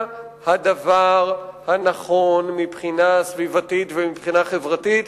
הדבר הנכון מבחינה סביבתית ומבחינה חברתית,